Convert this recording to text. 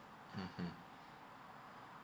mmhmm